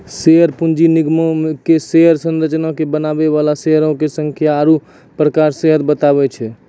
share पूंजी निगमो के शेयर संरचना के बनाबै बाला शेयरो के संख्या आरु प्रकार सेहो बताबै छै